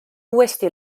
uuesti